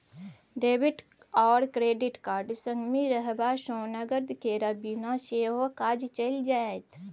debit आओर credit card संगमे रहबासँ नगद केर बिना सेहो काज चलि जाएत